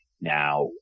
Now